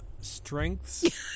strengths